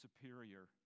superior